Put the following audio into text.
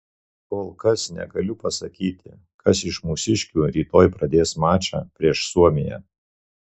kol kas negaliu pasakyti kas iš mūsiškių rytoj pradės mačą prieš suomiją